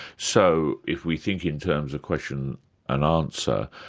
so if we think in terms of question and answer,